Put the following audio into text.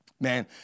man